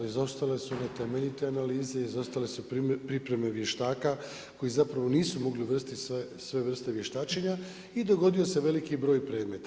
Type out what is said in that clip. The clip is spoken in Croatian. Izostale su temeljite analize, izostale su pripreme vještaka koji zapravo nisu mogli uvrstiti sve vrste vještačenje i dogodio se veliki broj predmeta.